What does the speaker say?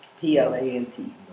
P-L-A-N-T